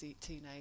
teenage